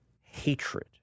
hatred